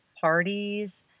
parties